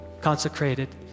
consecrated